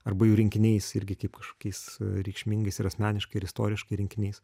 arba jų rinkiniais irgi kaip kažkokiais reikšmingais ir asmeniškai ir istoriškai rinkiniais